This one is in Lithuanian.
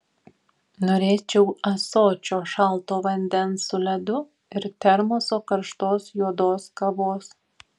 norėčiau ąsočio šalto vandens su ledu ir termoso karštos juodos kavos